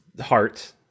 Heart